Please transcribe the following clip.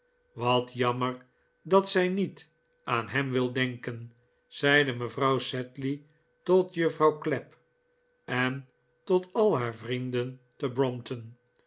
wat jammer dat zij niet aan hem wil denken zeide mevrouw sedley tot juffrouw clapp en tot al haar vrienden te